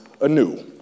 anew